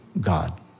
God